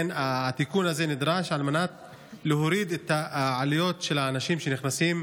התיקון הזה נדרש על מנת להוריד את העלויות לאנשים שנכנסים,